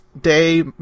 day